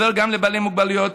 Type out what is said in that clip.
שעוזר גם לבעלי מוגבלויות,